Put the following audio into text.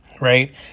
right